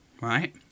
right